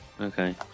Okay